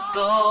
go